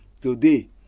Today